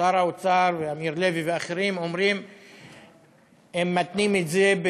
שר האוצר ואמיר לוי ואחרים מתנים את זה,